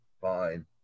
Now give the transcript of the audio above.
Fine